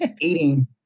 eating